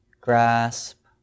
grasp